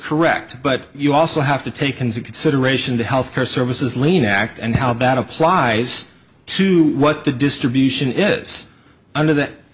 correct but you also have to take into consideration the health care services lane act and how bad applies to what the distribution is under that